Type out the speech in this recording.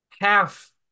half